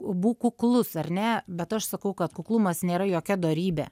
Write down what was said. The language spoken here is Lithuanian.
būk kuklus ar ne bet aš sakau kad kuklumas nėra jokia dorybė